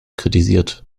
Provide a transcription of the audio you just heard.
kritisiert